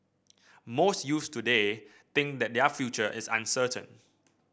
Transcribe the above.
most youths today think that their future is uncertain